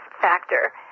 factor